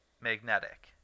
magnetic